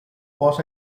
posso